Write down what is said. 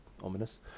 ominous